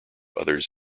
others